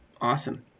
Awesome